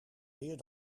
meer